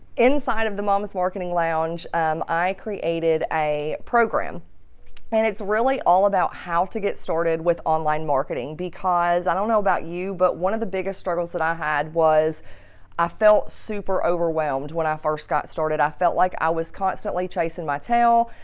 inside of the mom's marketing lounge um i created a program and it's really all about how to get started with online marketing. because i don't know about you but one of the biggest struggles that i had was i felt super overwhelmed when i first got started. i felt like i was constantly chasing my tail.